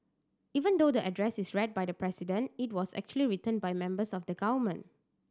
even though the address is read by the President it was actually written by members of the government